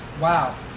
wow